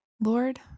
Lord